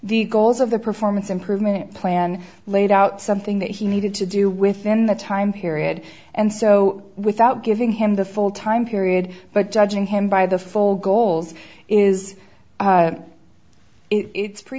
the goals of the performance improvement plan laid out something that he needed to do within that time period and so without giving him the full time period but judging him by the full goals is it's pret